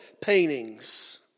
paintings